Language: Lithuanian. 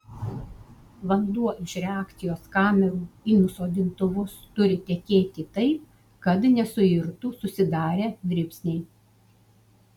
vanduo iš reakcijos kamerų į nusodintuvus turi tekėti taip kad nesuirtų susidarę dribsniai